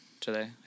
today